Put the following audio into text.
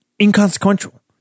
inconsequential